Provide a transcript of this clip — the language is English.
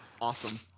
Awesome